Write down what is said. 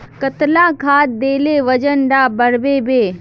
कतला खाद देले वजन डा बढ़बे बे?